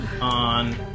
on